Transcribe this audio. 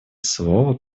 слово